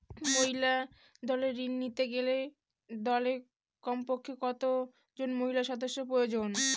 মহিলা দলের ঋণ নিতে গেলে দলে কমপক্ষে কত জন মহিলা সদস্য প্রয়োজন?